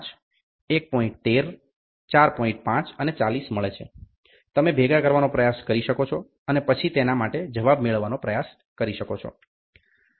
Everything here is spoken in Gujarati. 5 અને 40 મળે છે તમે ભેગા કરવાનો પ્રયાસ કરી શકો છો અને પછી તેના માટે જવાબ મેળવવાનો પ્રયાસ કરી શકો છો